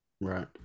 Right